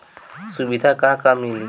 सुविधा का का मिली?